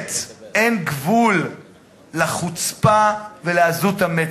ובאמת אין גבול לחוצפה ולעזות המצח.